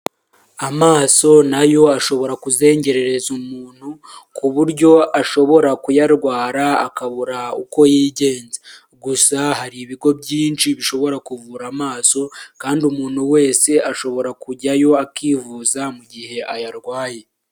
Amaso nayo ashobora kuzengerereza umuntu, ku buryo ashobora kuyarwara akabura uko yigenza. Gusa hari ibigo byinshi bishobora kuvura amaso, kandi umuntu wese ashobora kujyayo akivuza, mu gihe ayarwaye.